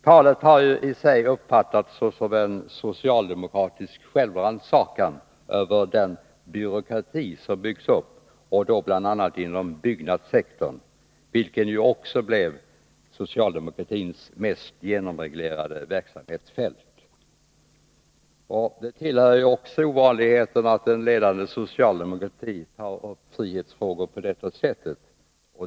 Talet har i sig uppfattats som en socialdemokratisk självrannsakan över den byråkrati som har byggts upp, bl.a. inom byggnadssektorn, vilken också blev socialdemokratins mest genomreglerade verksamhetsfält. Det tillhör också ovanligheten att en ledande socialdemokrat tar upp frihetsfrågor på detta sätt.